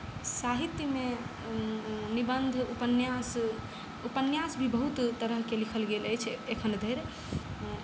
साहित्यमे निबन्ध उपन्यास उपन्यास भी बहुत तरहके लिखल गेल अछि एखनधरि